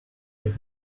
est